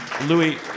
Louis